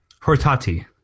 Hortati